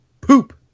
poop